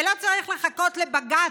ולא צריך לחכות לבג"ץ,